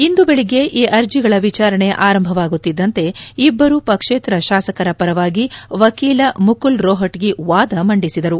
ಇಂದು ಬೆಳಗ್ಗೆ ಈ ಅರ್ಜಿಗಳ ವಿಚಾರಣೆ ಆರಂಭವಾಗುತ್ತಿದ್ದಂತೆ ಇಬ್ಬರು ಪಕ್ಷೇತರ ಶಾಸಕರ ಪರವಾಗಿ ವಕೀಲ ಮುಕುಲ್ ರೋಹಣಗಿ ವಾದ ಮಂಡಿಸಿದರು